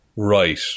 Right